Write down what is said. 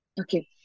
Okay